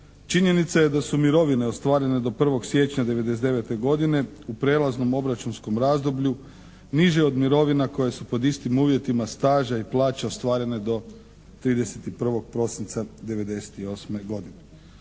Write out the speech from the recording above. Činjenica je da su mirovine ostvarene do 1. siječnja '99. godine u prelaznom obračunskom razdoblju niže od mirovina koje su pod istim uvjetima staža i plaća ostvarene do 31. prosinca '98. godine.